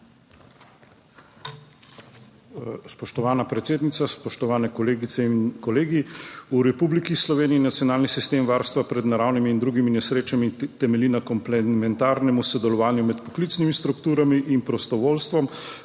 Spoštovana predsednica, spoštovane kolegice in kolegi! V Republiki Sloveniji nacionalni sistem varstva pred naravnimi in drugimi nesrečami temelji na komplementarnem sodelovanju med poklicnimi strukturami in prostovoljstvom,